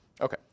okay